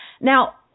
Now